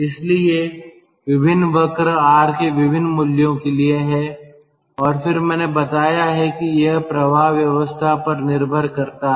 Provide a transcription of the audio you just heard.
इसलिए विभिन्न वक्र R के विभिन्न मूल्यों के लिए हैं और फिर मैंने बताया है कि यह प्रवाह व्यवस्था पर निर्भर करता है